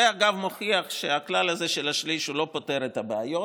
זה אגב מוכיח שהכלל הזה של שליש לא פותר את הבעיות,